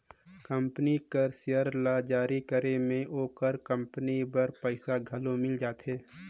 company कर share ल जारी करे में ओकर कंपनी बर पइसा घलो मिल जाथे